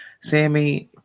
Sammy